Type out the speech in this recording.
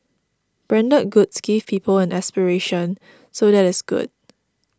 branded goods give people an aspiration so that is good